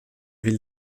ville